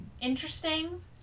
interesting